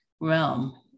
realm